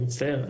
אני מצטער,